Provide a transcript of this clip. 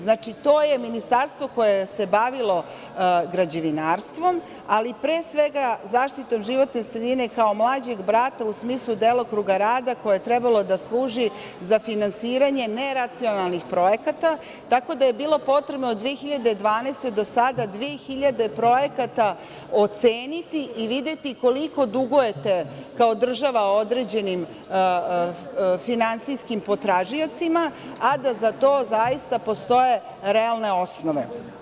Znači, to je ministarstvo koje se bavilo građevinarstvom, ali pre svega zaštitom životne sredine, kao mlađem brata u smislu delokruga rada koje je trebalo da služi za finansiranje neracionalnih projekata, tako da je bilo potrebno 2012. godine do sada 2.000 projekata oceniti i videti koliko dugujete, kao država, određenim finansijskim potražiocima, a da za to zaista postoje realne osnove.